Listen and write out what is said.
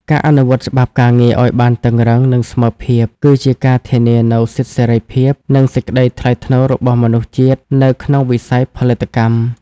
ការអនុវត្តច្បាប់ការងារឱ្យបានតឹងរ៉ឹង និងស្មើភាព គឺជាការធានានូវសិទ្ធិសេរីភាព និងសេចក្ដីថ្លៃថ្នូររបស់មនុស្សជាតិនៅក្នុងវិស័យផលិតកម្ម។